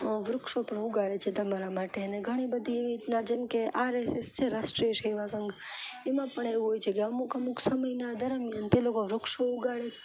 વૃક્ષો પણ ઉગાડે છે તમારા માટે અને ઘણી બધી એવી રીતના જેમકે આરએસએસ છે રાષ્ટ્રીય સેવા સંઘ એમાં પણ એવું હોય છે કે અમુક અમુક સમયના દરમિયાન તે લોકો વૃક્ષો ઉગાડે